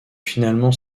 finalement